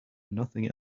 nothing